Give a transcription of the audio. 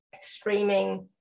streaming